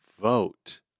vote